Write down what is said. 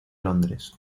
londres